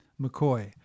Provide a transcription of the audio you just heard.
McCoy